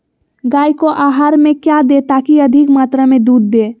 गाय को आहार में क्या दे ताकि अधिक मात्रा मे दूध दे?